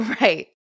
Right